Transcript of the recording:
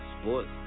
Sports